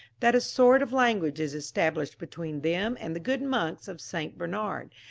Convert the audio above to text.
that a sort of language is established between them and the good monks of st. bernard,